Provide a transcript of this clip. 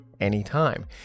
anytime